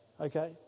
Okay